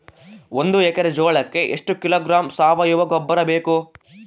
ಒಂದು ಎಕ್ಕರೆ ಜೋಳಕ್ಕೆ ಎಷ್ಟು ಕಿಲೋಗ್ರಾಂ ಸಾವಯುವ ಗೊಬ್ಬರ ಬೇಕು?